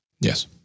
Yes